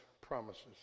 promises